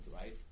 right